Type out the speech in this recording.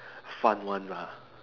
fun ones ah